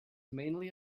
mainly